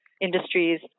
industries